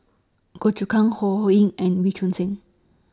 Goh Choon Kang Ho Ho Ying and Wee Choon Seng